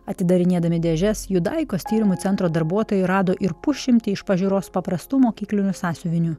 atidarinėdami dėžes judaikos tyrimų centro darbuotojai rado ir pusšimtį iš pažiūros paprastų mokyklinių sąsiuvinių